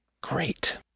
Great